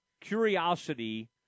curiosity –